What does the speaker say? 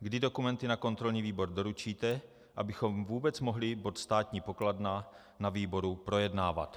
kdy dokumenty na kontrolní výbor doručíte, abychom vůbec mohli bod Státní pokladna na výboru projednávat.